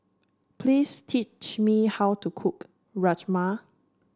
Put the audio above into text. please teach me how to cook Rajma